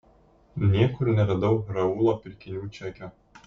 niekur neradau raulo pirkinių čekio